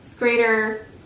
greater